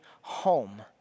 home